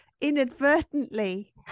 Inadvertently